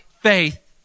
faith